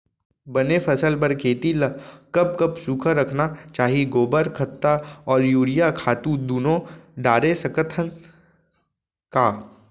बने फसल बर खेती ल कब कब सूखा रखना चाही, गोबर खत्ता और यूरिया खातू दूनो डारे सकथन का?